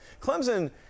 Clemson